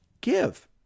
give